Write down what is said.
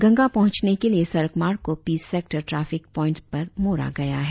गंगा पहुंचने के लिए सड़क मार्ग को पी सेक्टर ट्राफिक पोईंट पर मोड़ा गया है